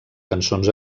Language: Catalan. cançons